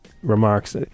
Remarks